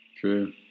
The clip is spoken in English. True